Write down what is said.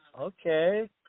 Okay